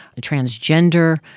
transgender